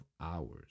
hours